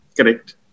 Correct